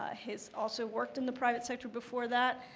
ah he's also worked in the private sector before that,